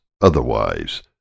Otherwise